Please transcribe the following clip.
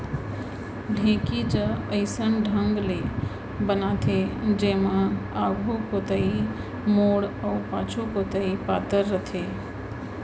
ढेंकी ज अइसन ढंग ले बनाथे जेमा आघू कोइत मोठ अउ पाछू कोइत पातन रथे